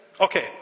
Okay